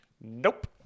Nope